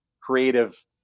creative